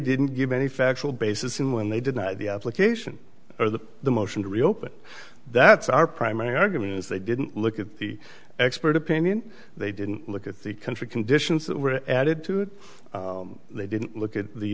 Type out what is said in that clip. didn't give any factual basis in when they denied the application or that the motion to reopen that's our primary argument is they didn't look at the expert opinion they didn't look at the country conditions that were added to it they didn't look at the